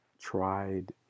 tried